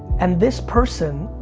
and this person,